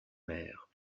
mer